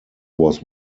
was